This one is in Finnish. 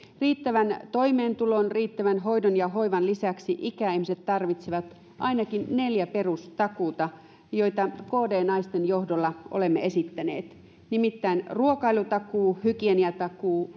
riittävän toimeentulon riittävän hoidon ja hoivan lisäksi ikäihmiset tarvitsevat ainakin neljä perustakuuta joita kd naisten johdolla olemme esittäneet nimittäin ruokailutakuun hygieniatakuun